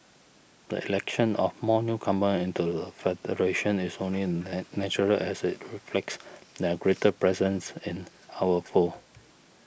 the election of more newcomers into the federation is only natural as it reflects their greater presence in our fold